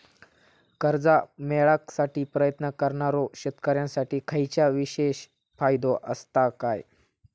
कर्जा मेळाकसाठी प्रयत्न करणारो शेतकऱ्यांसाठी खयच्या विशेष फायदो असात काय?